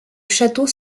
château